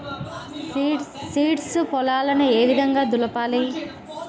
Seeds పొలాలను ఏ విధంగా దులపాలి?